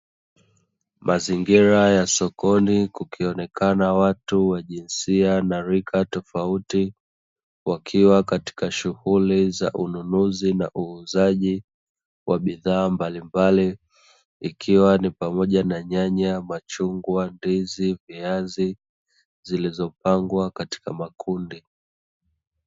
Mazingira ya sokoni kukionekana watu wa jinsia na rika tofauti, wakiwa katika shughuli za ununuzi na uuzaji wa bidhaa mbalimbali ikiwa ni pamoja na nyanya, machungwa, ndizi, viazi zilizopangwa katika makundi.